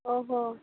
ଓହୋ